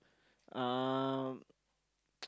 um